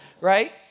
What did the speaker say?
right